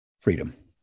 Freedom